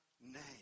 name